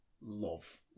love